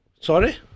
Sorry